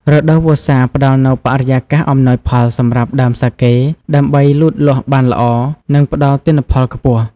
រដូវវស្សាផ្ដល់នូវបរិយាកាសអំណោយផលសម្រាប់ដើមសាកេដើម្បីលូតលាស់បានល្អ និងផ្ដល់ទិន្នផលខ្ពស់។